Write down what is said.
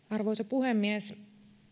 arvoisa puhemies